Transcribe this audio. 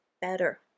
better